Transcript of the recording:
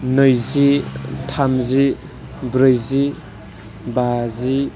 नैजि थामजि ब्रैजि बाजि